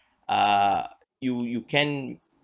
uh you you can